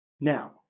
Now